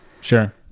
sure